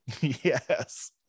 Yes